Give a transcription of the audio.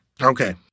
Okay